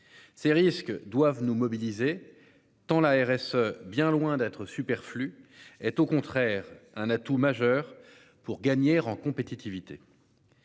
Ces risques doivent nous mobiliser tant l'ARS bien loin d'être superflue est au contraire un atout majeur pour gagner en compétitivité.